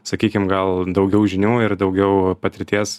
sakykim gal daugiau žinių ir daugiau patirties